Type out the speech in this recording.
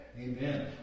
Amen